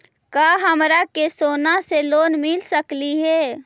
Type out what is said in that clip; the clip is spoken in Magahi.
का हमरा के सोना से लोन मिल सकली हे?